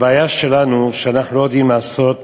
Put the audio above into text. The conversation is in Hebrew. הבעיה שלנו היא שאנחנו לא יודעים לעשות